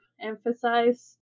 emphasize